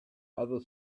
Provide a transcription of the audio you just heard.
other